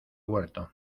huerto